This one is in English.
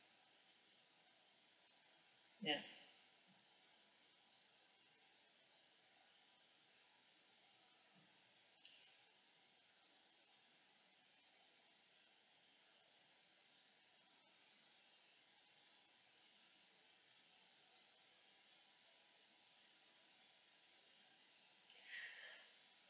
yeah